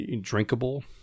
drinkable